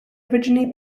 originally